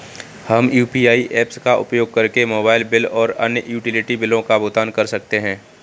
हम UPI apps का उपयोग करके मोबाइल बिल और अन्य यूटिलिटी बिलों का भुगतान कर सकते हैं